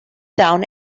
down